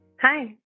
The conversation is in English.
Hi